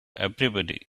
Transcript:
everybody